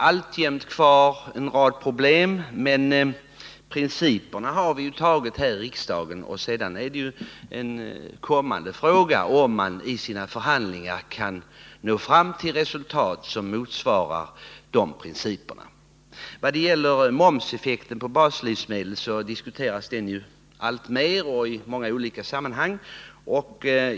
Alltjämt finns det problem, men principerna har vi fastställt i riksdagen, och sedan gäller det att man i sina förhandlingar uppnår resultat som motsvarar de principerna. Momseffekten på baslivsmedel diskuteras alltmer och i många olika sammanhang.